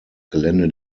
gelände